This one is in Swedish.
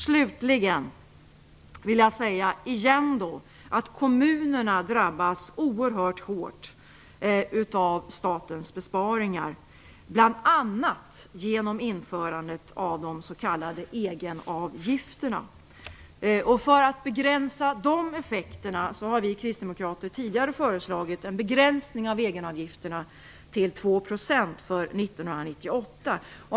Slutligen vill jag återigen säga att kommunerna drabbas oerhört hårt av statens besparingar, bl.a. genom införandet av de s.k. egenavgifterna. För att begränsa de effekterna har vi kristdemokrater tidigare föreslagit en begränsning av egenavgifterna till 2 % för 1998.